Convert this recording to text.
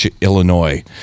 Illinois